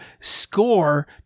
Score